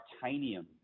Titanium